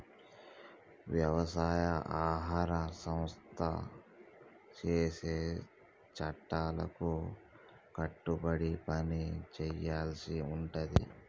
వ్యవసాయ ఆహార సంస్థ చేసే చట్టాలకు కట్టుబడి పని చేయాల్సి ఉంటది